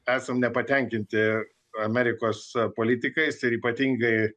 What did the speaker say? esam nepatenkinti amerikos politikais ir ypatingai